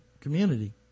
community